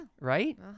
right